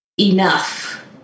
enough